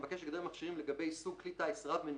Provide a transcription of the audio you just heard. המבקש הגדר מכשירים לגבי סוג של כלי טיס רב-מנועי,